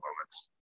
moments